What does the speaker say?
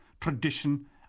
tradition